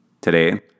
Today